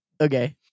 Okay